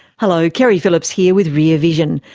hello, keri phillips here with rear vision,